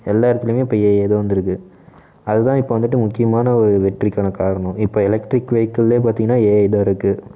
எல்லா இடத்துலையுமே இப்போ ஏஐ தான் வந்திருக்கு அது தான் இப்போ வந்துட்டு ஒரு முக்கியமான ஒரு வெற்றிக்கான காரணம் இப்போ எலெக்ட்ரிக் வெகிக்கள்லேயே பார்த்தீங்கன்னா ஏஐ தான் இருக்குது